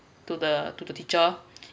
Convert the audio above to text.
to the to the teacher